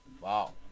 Wow